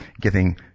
giving